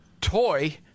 toy